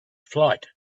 flight